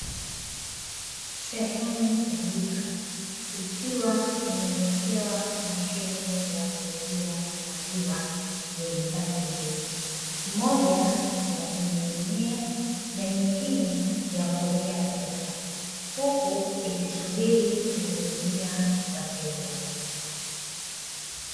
Sehemu ya duka ikiwa imewekewa mashine ya kuuzia maziwa, yenye pande mbili; moja ya kumiminia, na nyingine ya kuwekea pesa, huku ikisubiri kuhudumia wateja.